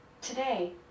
Today